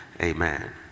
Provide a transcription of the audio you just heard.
amen